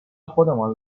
خودمان